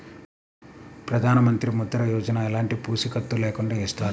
ప్రధానమంత్రి ముద్ర యోజన ఎలాంటి పూసికత్తు లేకుండా ఇస్తారా?